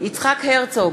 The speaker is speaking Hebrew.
יצחק הרצוג,